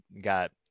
got